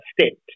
state